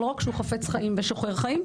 לא רק שהוא חפץ חיים ושוחר חיים,